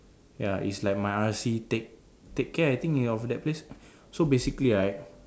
ya is like my R_C take take care I think of that place so basically right